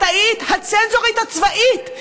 את היית הצנזורית הצבאית,